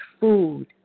food